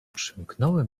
przymknąłem